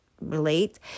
relate